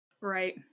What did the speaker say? Right